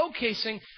showcasing